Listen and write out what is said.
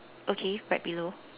okay right below